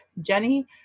Jenny